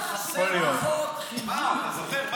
כי יחסי כוחות חייבו את זה.